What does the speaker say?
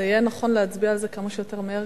זה יהיה נכון להצביע על זה כמה שיותר מהר,